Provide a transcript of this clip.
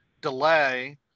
delay